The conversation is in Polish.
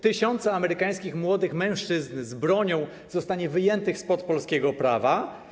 Tysiące amerykańskich młodych mężczyzn z bronią zostanie wyjętych spod polskiego prawa.